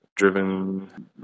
driven